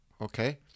okay